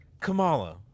Kamala